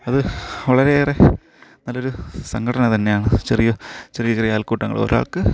അത് വളരെയേറെ നല്ലൊരു സംഘടന തന്നെയാണ് ചെറിയ ചെറിയ ചെറിയ അയൽക്കൂട്ടങ്ങളോ ഒരാൾക്ക്